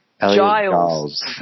Giles